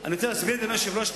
אני רוצה להסביר, אדוני היושב-ראש,